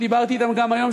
ודיברתי אתם גם היום,